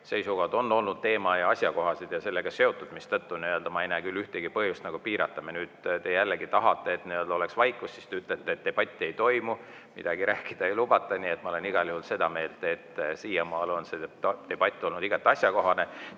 seisukohad on olnud teema- ja asjakohaseid ja sellega seotud, mistõttu ma ei näe küll ühtegi põhjust nagu piirata. Nüüd te jällegi tahate, et oleks vaikus, siis te ütlete, et debatti ei toimu, midagi rääkida ei lubata. Ma olen igal juhul seda meelt, et siiamaale see debatt olnud igati asjakohane. Te